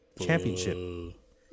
Championship